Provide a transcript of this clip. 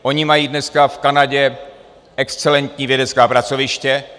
Oni mají dneska v Kanadě excelentní vědecká pracoviště.